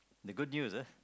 the good news uh